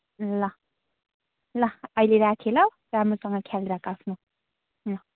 ल ल अहिले राखेँ ल राम्रोसँग ख्याल राख आफ्नो ल